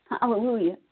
Hallelujah